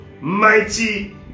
mighty